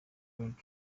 donald